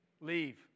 Leave